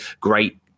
great